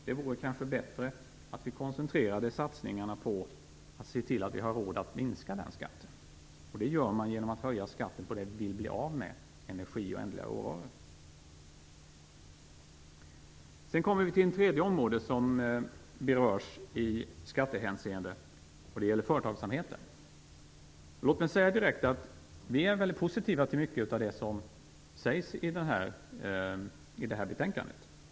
Det vore kanske bättre att vi koncentrerade oss på att se till att vi har råd att minska den skatten, och det gör man genom att höja skatten på det vi vill bli av med - energi och ändliga råvaror. Ett tredje område som berörs i skattehänseende är företagsamheten. Låt mig säga direkt att vi är väldigt positiva till mycket av det som sägs i det här betänkandet.